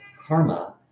karma